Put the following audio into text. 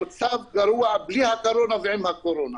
המצב גרוע בלי הקורונה ועם הקורונה.